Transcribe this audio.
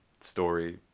story